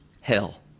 hell